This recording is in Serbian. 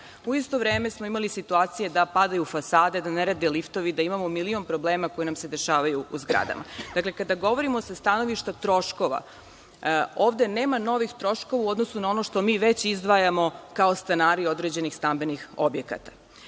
U isto vreme smo imali situacije da padaju fasade, da ne rade liftovi, da imamo milion problema koji nam se dešavaju u zgradama. Kada govorimo sa stanovišta troškova, ovde nema novih troškova u odnosu na ono što mi već izdvajamo kao stanari određenih stambenih objekata. Vrlo